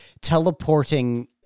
teleporting